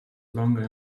longer